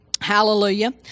hallelujah